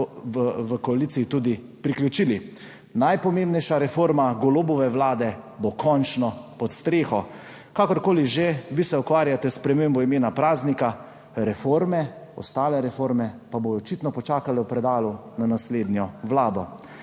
v koaliciji Primorsko tudi priključili. Najpomembnejša reforma Golobove vlade bo končno pod streho. Kakorkoli že, vi se ukvarjate s spremembo imena praznika, ostale reforme pa bodo očitno počakale v predalu na naslednjo vlado.